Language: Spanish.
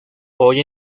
hoy